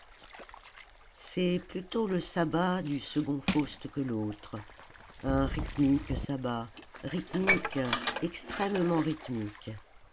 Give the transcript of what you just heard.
c'est plutôt le sabbat du second faust que l'autre un rhythmique sabbat rhythmique extrêmement rhythmique